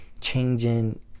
Changing